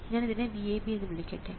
ഞാൻ ഇതിനെ VAB എന്ന് വിളിക്കട്ടെ